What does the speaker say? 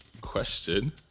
question